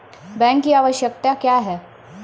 Bank की आवश्यकता क्या हैं?